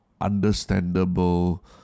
understandable